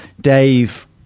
Dave